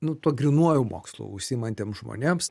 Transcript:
nu tuo grynuoju mokslu užsiimantiems žmonėms